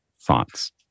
Thoughts